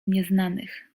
nieznanych